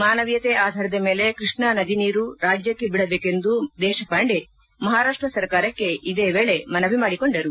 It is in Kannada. ಮಾನವೀಯತೆ ಆಧಾರದ ಮೇಲೆ ಕೃಷ್ಣಾ ನದಿ ನೀರು ರಾಜ್ಯಕ್ಕೆ ಬಿಡಬೇಕೆಂದು ದೇಶಪಾಂಡೆ ಮಹಾರಾಷ್ಷ ಸರ್ಕಾರಕ್ಕೆ ಇದೇ ವೇಳೆ ಮನವಿ ಮಾಡಿಕೊಂಡರು